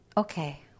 Okay